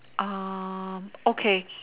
um okay